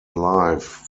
life